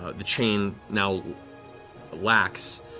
the chain now lax,